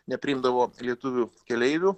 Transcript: nepriimdavo lietuvių keleivių